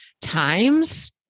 times